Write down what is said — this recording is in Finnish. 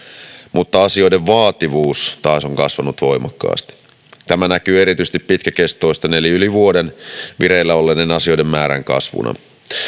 mutta asioiden vaativuus taas on kasvanut voimakkaasti tämä näkyy erityisesti pitkäkestoisten eli yli vuoden vireillä olleiden asioiden määrän kasvuna